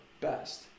best